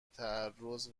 تعرض